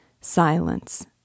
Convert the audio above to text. Silence